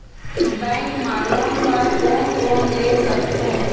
Bank मा loan बर कोन कोन ले सकथों?